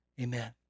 amen